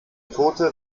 tote